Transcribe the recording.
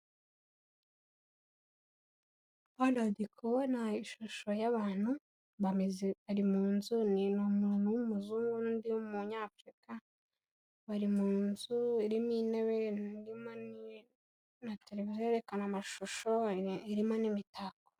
Hano ndikubona ishusho y'abantu bameze, bari mu nzu, ni umuntu w'umuzungu n'undi w'umunyafurika bari mu nzu irimo intebe, irimo na televiziyo yerekana amashusho, irimo n'imitako.